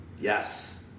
Yes